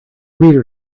reader